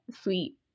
sweet